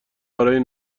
برای